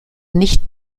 nicht